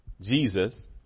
Jesus